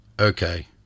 okay